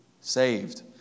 Saved